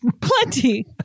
plenty